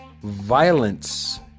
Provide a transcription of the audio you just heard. violence